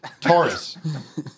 Taurus